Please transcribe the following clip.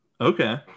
Okay